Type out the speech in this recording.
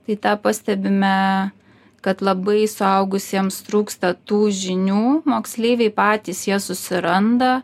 tai tą pastebime kad labai suaugusiems trūksta tų žinių moksleiviai patys jas susiranda